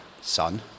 son